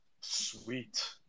Sweet